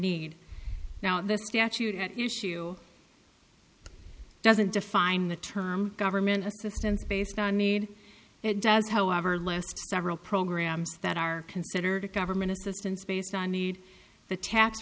need now the statute to doesn't define the term government assistance based on need it does however list several programs that are considered government assistance based on need the tax